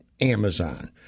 Amazon